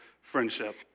friendship